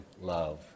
love